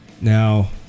Now